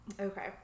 Okay